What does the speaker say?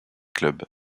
clubs